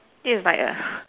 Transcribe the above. this is like a